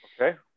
Okay